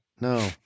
no